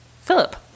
Philip